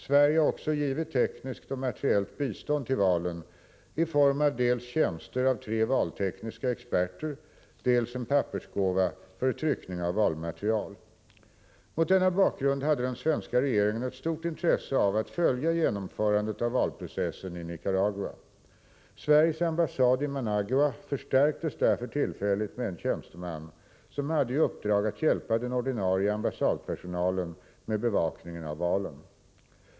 Sverige har också givit tekniskt och materiellt bistånd till valen i form av dels tjänster av tre valtekniska experter, dels en pappersgåva för tryckning av valmaterial. Mot denna bakgrund hade den svenska regeringen ett stort intresse av att följa genomförandet av valprocessen i Nicaragua. Sveriges ambassad i Managua förstärktes därför tillfälligt med en tjänsteman, som hade i uppdrag att hjälpa den ordinarie ambassadpersonalen med bevakningen av valen.